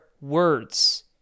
words